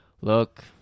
look